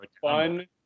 fun